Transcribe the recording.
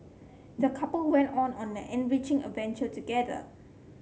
the couple went on an enriching adventure together